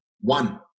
one